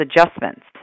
adjustments